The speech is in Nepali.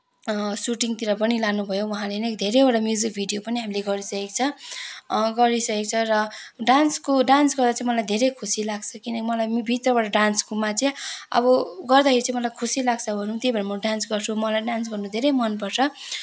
सुटिङतिर पनि लानुभयो उहाँले नै धेरैवटा म्युजिक भिडियो पनि हामीले गरिसकेको छ गरिसकेको छ र डान्सको डान्स गर्दा चाहिँ मलाई धेरै खुसी लाग्छ किनकि मलाई भित्रबाट डान्सकोमा चाहिँ अब गर्दाखेरि चाहिँ मलाई खुसी लाग्छ भनौँ त्यहीभएर म डान्स गर्छु मलाई डान्स गर्ने धेरै मनपर्छ